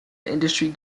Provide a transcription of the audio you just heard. industry